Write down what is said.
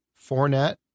Fournette